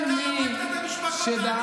הוא שיקר לציבור על הבטחת בחירות של ראש הממשלה.